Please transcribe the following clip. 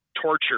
torture